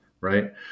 Right